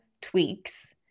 tweaks